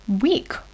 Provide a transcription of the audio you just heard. week